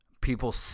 People